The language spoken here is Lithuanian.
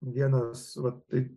vienas vat tai